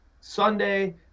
Sunday